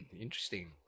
interesting